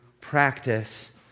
practice